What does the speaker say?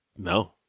No